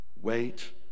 Wait